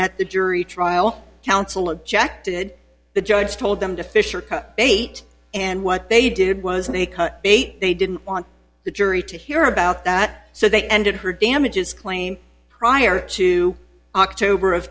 at the jury trial counsel objected the judge told them to fish or cut bait and what they did was they cut bait they didn't want the jury to hear about that so they ended her damages claim prior to october of